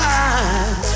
eyes